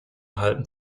halten